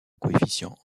coefficients